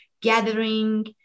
gathering